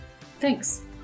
thanks